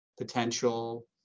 potential